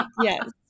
Yes